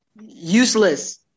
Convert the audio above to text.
Useless